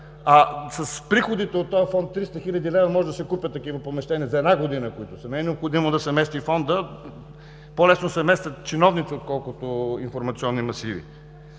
а с приходите от този Фонд – 300 хил. лв., може да се купят такива помещения за една година. Не е необходимо да се мести Фондът. По-лесно се местят чиновници, отколкото информационни масиви.